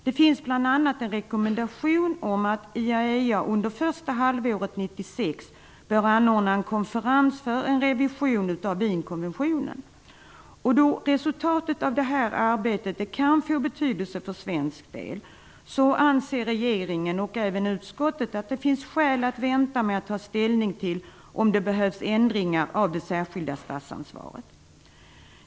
Det finns bl.a. en rekommendation om att IAEA under första halvåret 1996 skall anordna en konferens för en revision av Wienkonventionen. Då resultatet av detta arbete kan få betydelse för svensk del anser regeringen och även utskottet att det finns skäl att vänta med att ta ställning till om det behövs ändringar av det särskilda statsansvaret.